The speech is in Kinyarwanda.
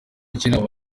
cy’inama